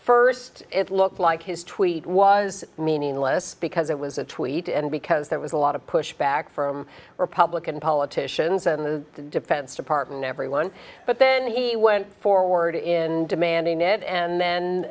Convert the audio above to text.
st it looked like his tweet was meaningless because it was a tweet and because there was a lot of pushback from republican politicians and the defense department everyone but then he went forward in demanding it and